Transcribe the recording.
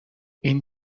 این